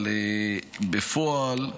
אבל בפועל,